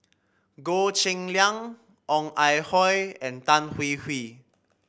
Goh Cheng Liang Ong Ah Hoi and Tan Hwee Hwee